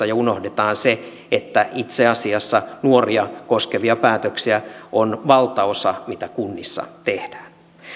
ja unohdetaan se että itse asiassa nuoria koskevia päätöksiä on valtaosa mitä kunnissa tehdään